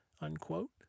unquote